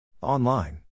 Online